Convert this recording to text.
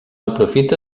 aprofita